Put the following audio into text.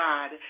God